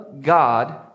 God